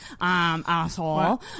asshole